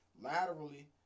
laterally